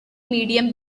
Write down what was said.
medium